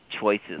choices